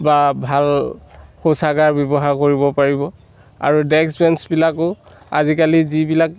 বা ভাল শৌচাগাৰ ব্যৱহাৰ কৰিব পাৰিব আৰু ডেস্ক বেঞ্চবিলাকো আজিকালি যিবিলাক